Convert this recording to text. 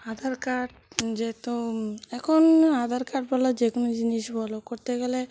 আধার card যেহেতু এখন Aadhaar card বলো আর যে কোনো জিনিস বলো করতে গেলে